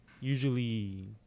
usually